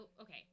okay